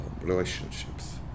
relationships